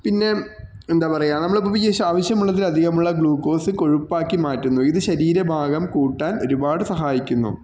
പിന്നെ എന്താണ് പറയുക നമ്മൾ ഇപ്പം ആവശ്യമുള്ളതിലും അധികമുള്ള ഗ്ലൂക്കോസ് കൊഴുപ്പ് ആക്കി മാറ്റുന്നു ഇത് ശരീരഭാരം കൂട്ടാൻ ഒരുപാട് സഹായിക്കുന്നു